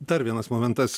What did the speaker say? dar vienas momentas